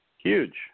Huge